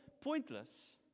pointless